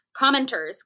commenters